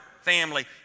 family